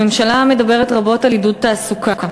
הממשלה מדברת רבות על עידוד תעסוקה.